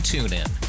TuneIn